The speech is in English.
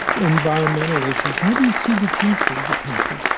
environmental issues? how do you see the future of the country?